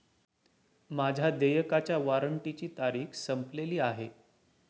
माझ्या देयकाच्या वॉरंटची तारीख संपलेली आहे